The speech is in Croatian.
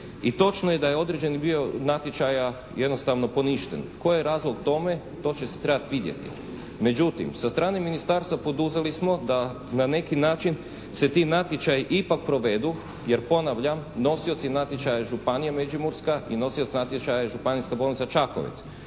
i točno je da je određeni dio natječaja jednostavno poništen. Koji je razlog tome to će se trebati vidjeti. Međutim, sa strane ministarstva poduzeli smo da na neki način se ti natječaji ipak provedu, jer ponavljam nosioci natječaja su Županija međimurska i nosioc natječaja je Županijska bolnica Čakovec.